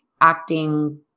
acting